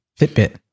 Fitbit